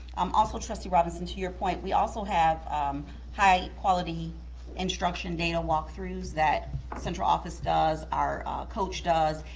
um also trustee robinson, to your point, we also have high-quality instruction data walk-throughs that central office does, our coach does,